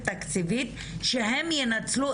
אם אני זוכרת נכון,